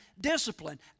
discipline